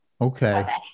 Okay